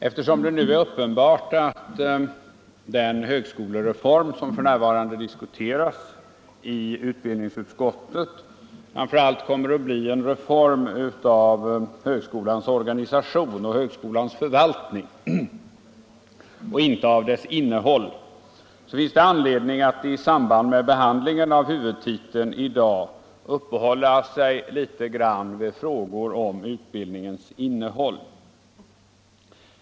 Eftersom det nu är uppenbart att den högskolereform som f. n. diskuteras i utbildningsutskottet framför allt kommer att bli en reform av högskolans organisation och förvaltning och inte av utbildningens innehåll, finns det anledning att i samband med behandlingen av huvudtiteln i dag uppehålla sig vid frågor om utbildningens innehåll.